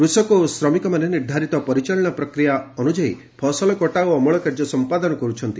କୃଷକ ଓ ଶ୍ରମିକମାନେ ନିର୍ଦ୍ଧାରିତ ପରିଚାଳନା ପ୍ରକ୍ରିୟା ଅନୁଯାୟୀ ଫସଲ କଟା ଓ ଅମଳ କାର୍ଯ୍ୟ ସମ୍ପାଦନ କରୁଛନ୍ତି